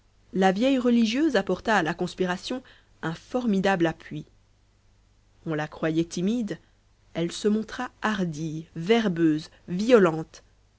la vieille religieuse apporta à la conspiration un formidable appui on la croyait timide elle se montra hardie verbeuse violente